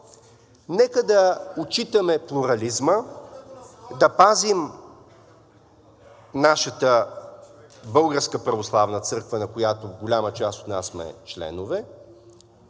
Нека да отчитаме плурализма, да пазим нашата Българска православна църква, на която голяма част от нас сме членове,